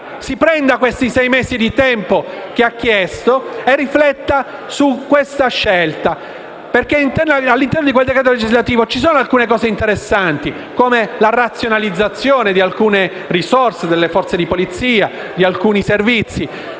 si prenda sei mesi di tempo e rifletta su questa scelta. All'interno di quel decreto legislativo ci sono alcune misure interessanti, come la razionalizzazione di alcune risorse delle forze di polizia e di certi servizi,